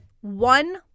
one